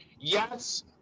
yes